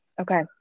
Okay